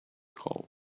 hole